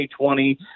2020